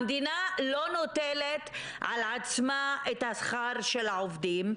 המדינה לא נוטלת על עצמה את השכר של העובדים.